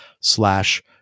slash